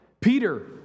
Peter